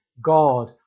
God